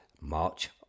March